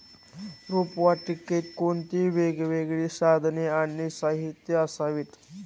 रोपवाटिकेत कोणती वेगवेगळी साधने आणि साहित्य असावीत?